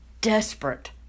desperate